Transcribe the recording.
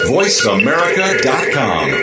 VoiceAmerica.com